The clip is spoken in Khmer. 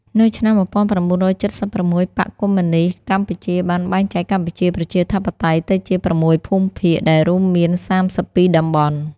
នៅឆ្នាំ១៩៧៦ បក្សកុម្មុយនីស្តកម្ពុជាបានបែងចែកកម្ពុជាប្រជាធិបតេយ្យទៅជា៦ភូមិភាគ ដែលរួមមាន ៣២តំបន់។